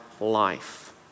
life